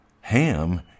Ham